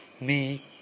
make